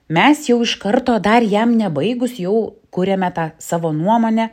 mes jau iš karto dar jam nebaigus jau kuriame tą savo nuomonę